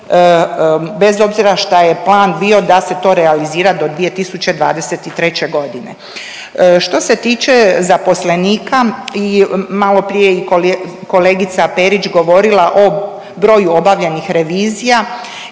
bez obzira šta je plan bio da se to realizira do 2023.g.. Što se tiče zaposlenika i maloprije je i kolegica Perić govorila o broju obavljenih revizija